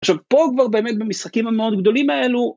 עכשיו פה כבר באמת במשחקים המאוד גדולים האלו.